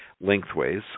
lengthways